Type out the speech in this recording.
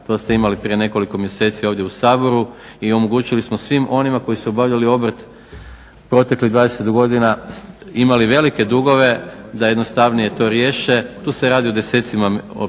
to ste imali prije nekoliko mjeseci ovdje u Saboru. I omogućili smo svim onima koji su obavljali obrt proteklih 20 godina, imali velike dugove da jednostavnije to riješe. Tu se radi o desecima,